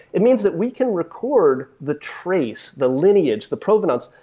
it means that we can record the trace the lineage, the provenance,